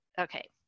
Okay